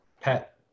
pet